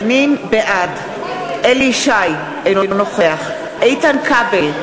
בעד אליהו ישי, אינו נוכח איתן כבל,